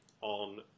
on